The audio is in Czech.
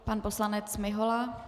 Pan poslanec Mihola.